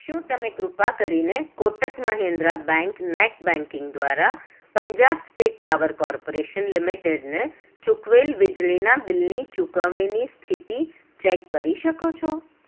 શું તમે કૃપા કરીને Kotak Mahindra bank net banking દ્વારા પંજાબ સ્ટેટ પાવર કોર્પોરેશન લિમિટેડને ચૂકવેલ વીજળીનાં બિલની ચુકવણીની સ્થિતિ ચેક કરી શકો છો